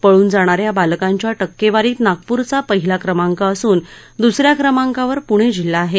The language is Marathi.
पळून जाणाऱ्या बालकांच्या टक्केवारीत नागपूरचा पहिला क्रमांक असून दूसऱ्या क्रमांकावर पूणे जिल्हा आहे